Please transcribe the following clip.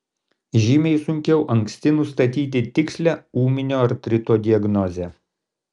žymiai sunkiau anksti nustatyti tikslią ūminio artrito diagnozę